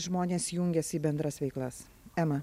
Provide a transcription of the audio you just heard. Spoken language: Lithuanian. žmonės jungiasi į bendras veiklas ema